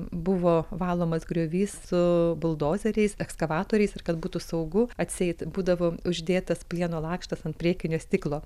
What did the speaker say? buvo valomas griovys su buldozeriais ekskavatoriais ir kad būtų saugu atseit būdavo uždėtas plieno lakštas ant priekinio stiklo